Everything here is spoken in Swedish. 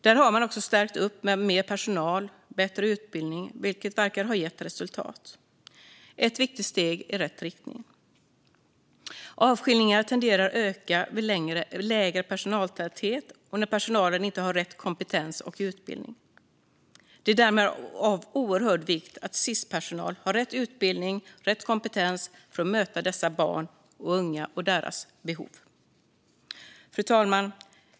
Där har man också stärkt upp med mer personal och bättre utbildning, vilket verkar ha gett resultat. Det är ett viktigt steg i rätt riktning. Avskiljningarna tenderar att öka vid lägre personaltäthet och när personalen inte har rätt kompetens och utbildning. Det är därmed av oerhörd vikt att Sis-personal har rätt utbildning och rätt kompetens för att möta dessa barn och unga utifrån deras behov. Fru talman!